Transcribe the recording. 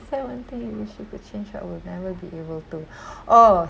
share one thing you could change but would never be able to oh